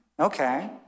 Okay